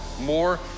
More